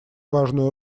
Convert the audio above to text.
важную